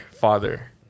father